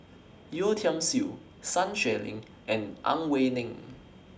Yeo Tiam Siew Sun Xueling and Ang Wei Neng